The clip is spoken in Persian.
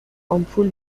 آمپول